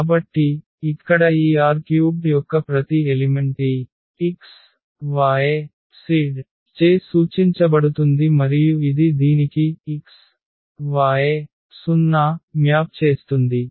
కాబట్టి ఇక్కడ ఈ R³ యొక్క ప్రతి ఎలిమెంట్ ఈ x y z చే సూచించబడుతుంది మరియు ఇది దీనికి x y 0 మ్యాప్ చేస్తుంది